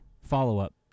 follow-up